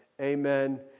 Amen